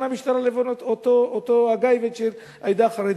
המשטרה לבין הגאב"ד של העדה החרדית.